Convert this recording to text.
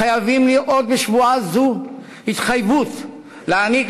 חייבים לראות בשבועה זו התחייבות להעניק